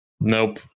Nope